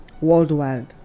Worldwide